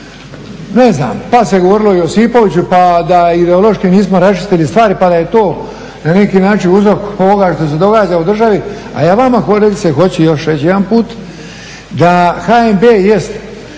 ne znam, pa se govorilo i o Josipoviću pa da ideološki nismo raščistili stvari pa da je to na neki način uzrok ovoga što se događa u državi. A ja vama kolegice hoću još reći jedan put da HNB jest